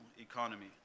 economy